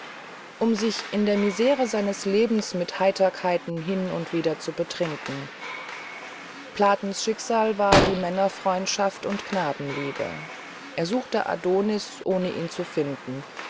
um sich in der misere seines lebens mit heiterkeiten hin und wieder zu betrinken platens schicksal war die männerfreundschaft und knabenliebe er suchte adonis ohne ihn zu finden